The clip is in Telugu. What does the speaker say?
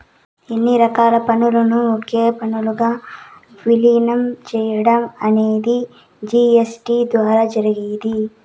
అన్ని రకాల పన్నులను ఒకే పన్నుగా విలీనం చేయడం అనేది జీ.ఎస్.టీ ద్వారా జరిగింది